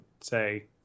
say